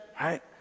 right